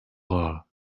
law